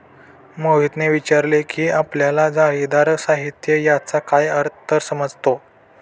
मोहितने विचारले की आपल्याला जाळीदार साहित्य याचा काय अर्थ समजतो?